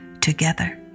together